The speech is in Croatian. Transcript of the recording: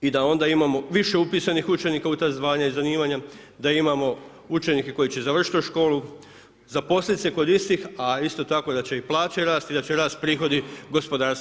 I da onda imamo više upisanih učenika u ta zvanja i zanimanja, da imamo učenike koji će završiti tu školu, zaposliti se kod istih a isto tako da će i plaće rasti i da će rasti prihodi gospodarstva.